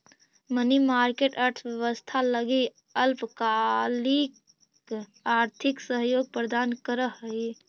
money market अर्थव्यवस्था लगी अल्पकालिक आर्थिक सहयोग प्रदान करऽ हइ